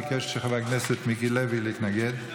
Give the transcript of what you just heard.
ביקש חבר הכנסת מיקי לוי להתנגד.